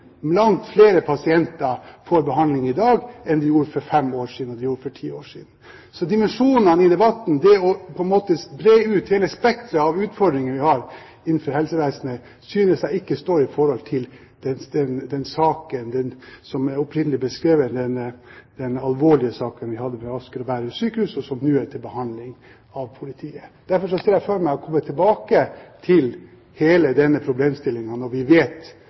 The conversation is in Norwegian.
Langt flere pasienter får behandling i dag enn for fem år siden, enn for ti år siden. Dimensjonen i debatten, det på en måte å bre ut hele spekteret av utfordringer vi har innenfor helsevesenet, synes jeg ikke står i forhold til den saken som opprinnelig er beskrevet, den alvorlige saken vi hadde ved Sykehuset Asker og Bærum, og som nå er til etterforskning hos politiet. Derfor ser jeg for meg at vi kommer tilbake til hele denne problemstillingen når vi vet